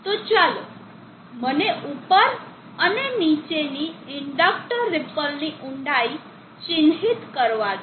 તો ચાલો મને ઉપર અને નીચેની ઇન્ડકટર રીપલની ઊંડાઈ ચિહ્નિત કરવા દો